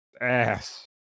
Ass